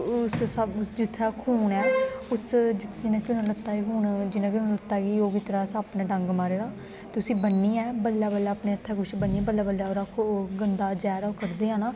उस स्हाबै जित्थे खून ऐ उस जियां कि हून लत्ता गी खून लग्गे ते लत्ते गी ओह् जित्थे सप्प ने डंग मारे दा ते उसी बन्नी बल्लें बल्लें अपने हत्थे कुछ बन्नी ऐ बल्लें बल्लें ओहदा गंदा जहर कढदे ना